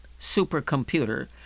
supercomputer